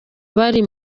bari